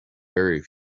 very